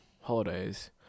holidays